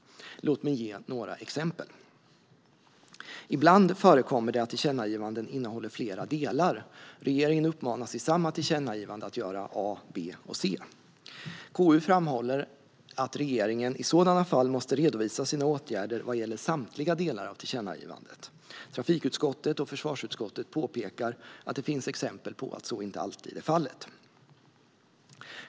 Låt mig ge några exempel. Ibland förekommer att tillkännagivanden innehåller flera delar. Regeringen uppmanas i samma tillkännagivande att göra A, B och C. KU framhåller att regeringen i sådana fall måste redovisa sina åtgärder vad gäller samtliga delar av tillkännagivandet. Trafikutskottet och försvarsutskottet påpekar att det finns exempel på att så inte alltid är fallet.